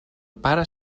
pare